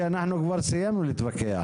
שכבר סיימנו להתווכח.